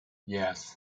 yes